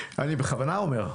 אני בכוונה אומר.